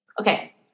Okay